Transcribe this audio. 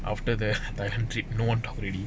after the round trip no one talk already